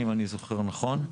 אם אני זוכר נכון,